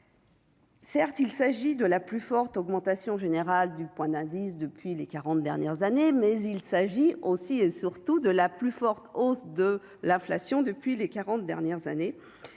Certes, il s'agit de la plus forte augmentation générale du point d'indice depuis les 40 dernières années, mais il s'agit aussi et surtout de la plus forte hausse de l'inflation depuis les 40 dernières années,